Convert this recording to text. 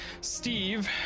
Steve